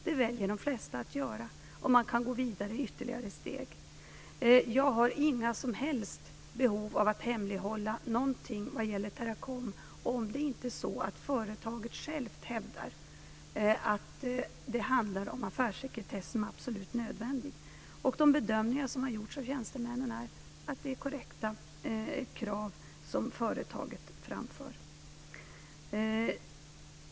Det väljer de flesta att göra. Man kan gå vidare med ytterligare steg. Jag har inga som helst behov av att hemlighålla någonting vad gäller Teracom om inte företaget självt hävdar att det handlar om affärssekretess som är absolut nödvändig. De bedömningar som har gjorts av tjänstemännen är att det är korrekta krav som företaget framför.